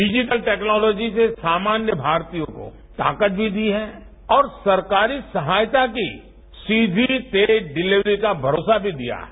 digital technology से सामान्य भारतीयों को ताकत भी दी है और सरकारी सहायता की सीधी तेज डिलीवरी का भरोसा भी दिया है